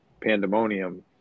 pandemonium